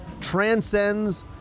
transcends